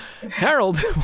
Harold